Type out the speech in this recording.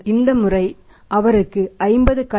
இந்த முறை அவருக்கு 50 கலர் T